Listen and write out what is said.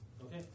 Okay